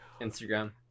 Instagram